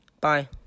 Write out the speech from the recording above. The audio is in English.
Bye